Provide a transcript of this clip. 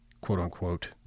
quote-unquote